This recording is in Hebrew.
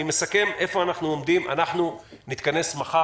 אני מסכם היכן אנחנו עומדים: אנחנו נתכנס מחר